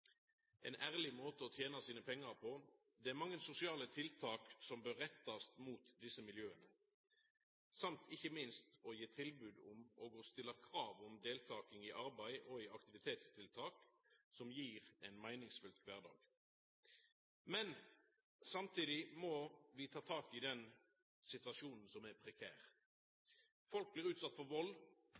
ein ærleg måte å tena sine pengar på. Det er mange sosiale tiltak som bør rettast mot desse miljøa, og ikkje minst gi tilbod om og stilla krav om deltaking i arbeid og i aktivitetstiltak som gir ein meiningsfylt kvardag. Men samtidig må vi ta tak i den situasjonen som er prekær. Folk blir utsette for vald.